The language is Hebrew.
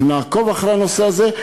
אנחנו נעקוב אחרי הנושא הזה,